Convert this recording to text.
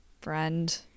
friend